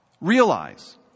realize